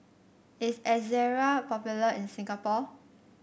is Ezerra popular in Singapore